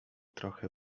trochę